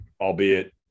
albeit